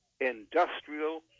industrial